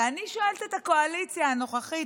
ואני שואלת את הקואליציה הנוכחית,